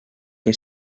que